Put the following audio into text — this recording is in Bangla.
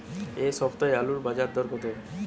এ সপ্তাহে আলুর বাজারে দর কত?